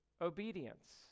obedience